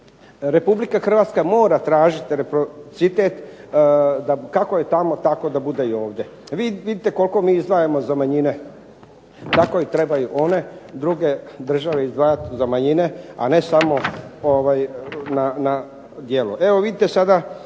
Republika Hrvatska mora tražiti reciprocitet kako je tamo tako da bude i ovdje. Vidite koliko mi izdvajamo za manjine, tako trebaju i druge države izdvajati za manjine, a ne samo na djelu.